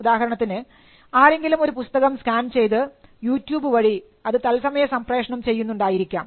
ഉദാഹരണത്തിന് ആരെങ്കിലും ഒരു പുസ്തകം സ്കാൻ ചെയ്തു യൂട്യൂബ് വഴി അത് തൽസമയ പ്രക്ഷേപണം ചെയ്യുന്നുണ്ടായിരിക്കാം